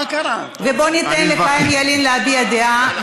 ובואו ניתן לחיים ילין להביע דעה,